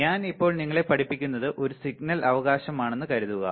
ഞാൻ ഇപ്പോൾ നിങ്ങളെ പഠിപ്പിക്കുന്നത് ഒരു സിഗ്നൽ അവകാശമാണെന്ന് കരുതുക